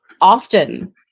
Often